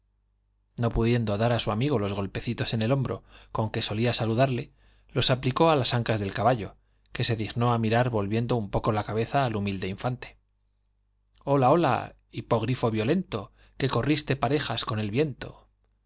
no pudiendo dar a su amigo los golpecitos en el hombro con que solía saludarle los aplicó a las ancas del caballo que se dignó a mirar volviendo un poco la cabeza al humilde infante hola hola hipógrifo violento que corriste parejas con el